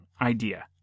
idea